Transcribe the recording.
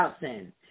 sin